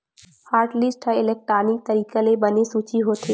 hotlist ह electronic तरीका ले बने सूची होथे